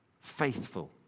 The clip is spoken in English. faithful